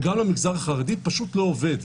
וגם למגזר החרדי פשוט לא עובד.